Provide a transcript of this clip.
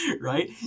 Right